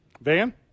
Van